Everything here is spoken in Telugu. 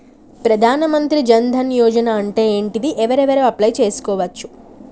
ప్రధాన మంత్రి జన్ ధన్ యోజన అంటే ఏంటిది? ఎవరెవరు అప్లయ్ చేస్కోవచ్చు?